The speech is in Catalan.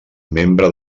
membre